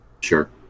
Sure